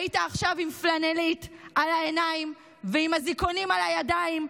היית עכשיו עם פלנלית על העיניים ועם אזיקונים על הידיים,